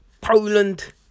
Poland